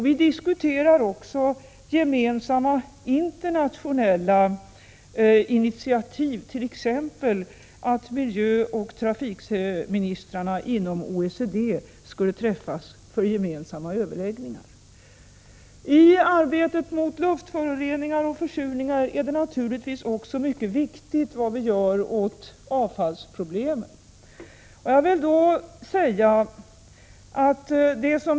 Vi diskuterar också gemensamma internationella initiativ, t.ex. att miljöoch trafikministrarna inom OECD skulle träffas för I arbetet mot luftföroreningar och försurningar är det naturligtvis också mycket viktigt vad vi gör åt avfallsproblemen.